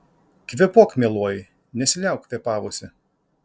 kvėpuok mieloji nesiliauk kvėpavusi